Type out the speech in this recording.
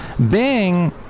Bing